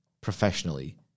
professionally